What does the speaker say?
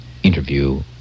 interview